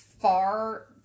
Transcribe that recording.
far